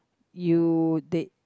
you they